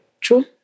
true